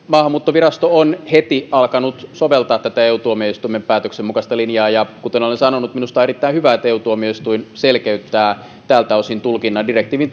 maahanmuuttovirasto on heti alkanut soveltaa tätä eu tuomioistuimen päätöksen mukaista linjaa ja kuten olen sanonut minusta on erittäin hyvä että eu tuomioistuin selkeyttää tältä osin direktiivin